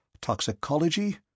Toxicology